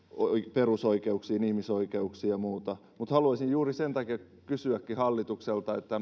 perusoikeuksiin ihmisoikeuksiin ja muihin haluaisin juuri sen takia kysyäkin hallitukselta